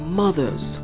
mother's